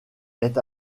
est